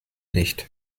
nicht